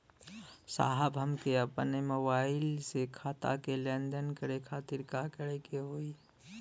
साहब हमके अपने मोबाइल से खाता के लेनदेन करे खातिर का करे के होई?